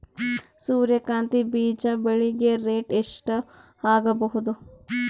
ಸೂರ್ಯ ಕಾಂತಿ ಬೀಜ ಬೆಳಿಗೆ ರೇಟ್ ಎಷ್ಟ ಆಗಬಹುದು?